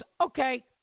okay